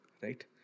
right